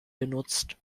genutzt